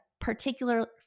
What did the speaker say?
particular